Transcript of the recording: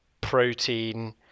protein